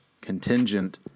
contingent